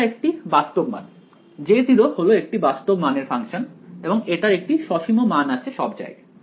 এটা একটি বাস্তব মান J0 হল একটি বাস্তব মানের ফাংশন এবং এটার একটি সসীম মান আছে সব জায়গায়